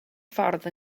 ffordd